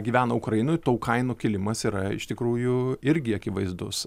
gyvena ukrainoj tou kainų kilimas yra iš tikrųjų irgi akivaizdus